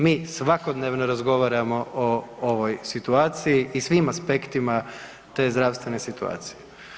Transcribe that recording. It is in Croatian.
Mi svakodnevno razgovaramo o ovoj situaciji i svim aspektima te zdravstvene situacije.